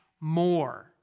more